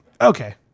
Okay